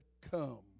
Come